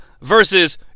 versus